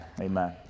Amen